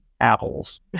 apples